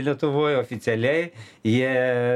lietuvoj oficialiai jie